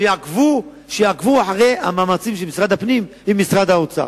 שיעקבו אחרי המאמצים של משרד הפנים עם משרד האוצר.